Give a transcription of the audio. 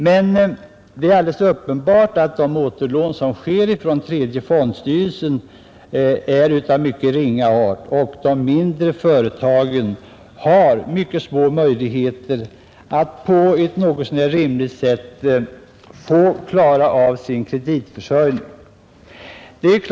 Men det är alldeles uppenbart att de återlån som sker från tredje fondstyrelsen är av mycket ringa omfattning, och de mindre företagen har mycket små möjligheter att på ett något så när rimligt sätt klara av sin kreditförsörjning.